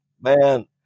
Man